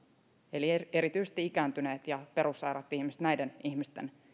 eli erityisesti ikääntyneiden ja perussairaiden ihmisten näiden ihmisten